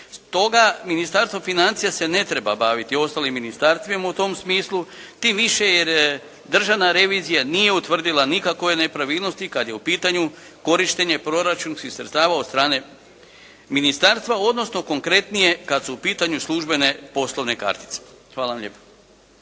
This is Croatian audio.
Stoga, Ministarstvo financija se ne treba baviti ostalim ministarstvima u tom smislu tim više jer Državna revizija nije utvrdila nikakove nepravilnosti kad je u pitanju korištenje proračunskih sredstava od strane ministarstva, odnosno konkretnije kad su u pitanju službene poslovne kartice. Hvala vam lijepa.